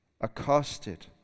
accosted